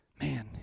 Man